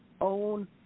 own